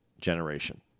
Generation